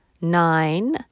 nine